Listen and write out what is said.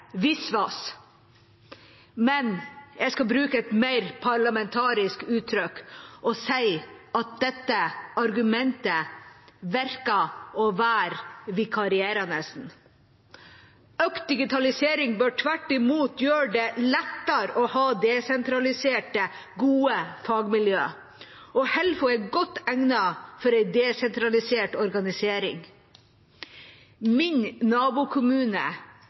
Men jeg skal bruke et mer parlamentarisk uttrykk og si at dette argumentet virker å være vikarierende. Økt digitalisering bør tvert imot gjøre det lettere å ha desentraliserte, gode fagmiljø, og Helfo er godt egnet for en desentralisert organisering. Min nabokommune,